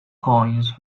coins